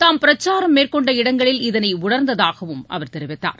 தாம் பிரச்சாரம் மேற்கொண்ட இடங்களில் இதனை உணர்ந்ததாகவும் அவர் தெரிவித்தார்